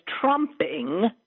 trumping